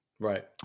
Right